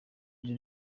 the